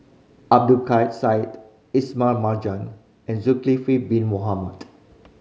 Abdul Kadir Syed Ismail Marjan and Zulkifli Bin Mohamed